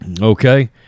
Okay